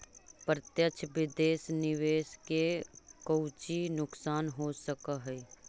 प्रत्यक्ष विदेश निवेश के कउची नुकसान हो सकऽ हई